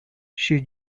she